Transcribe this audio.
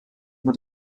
mit